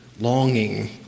longing